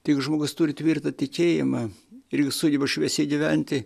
tai jeigu žmogus turi tvirtą tikėjimą ir sugeba šviesiai gyventi